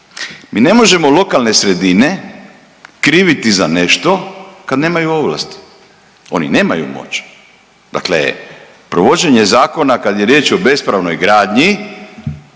Mi ne možemo lokalne sredine kriviti za nešto kad nemaju ovlasti, oni nemaju moć. Dakle, provođenje zakona kad je riječ o bespravnoj gradnji